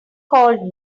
called